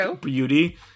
beauty